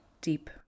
deep